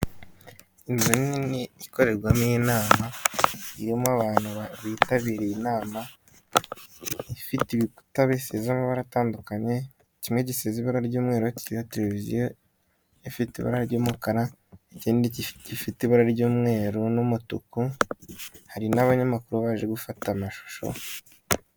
Inzu nini ikorerwamo inama irimo abantu bitabiriye inama, ifite ibikuta bisize amabara atandukanye, kimwe gisize ibara ry'umweru kiriho televiziyo ifite ibara ry'umukara, ikindi gifite ibara ry'umweru n'umutuku, hari n'abanyamakuru baje gufata amashusho.